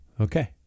Okay